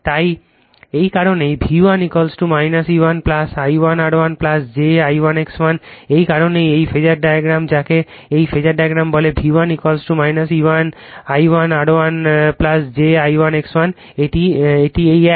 তাই এই কারণেই V1 E1 I1 R1 j I1 X1 এই কারণেই এই ফেজার ডায়াগ্রাম যাকে এই ফেজার ডায়াগ্রাম বলে V1 E1 I1 R1 j I1 X1 এটি এই এক